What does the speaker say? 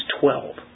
twelve